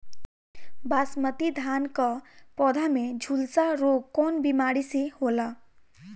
बासमती धान क पौधा में झुलसा रोग कौन बिमारी से होला?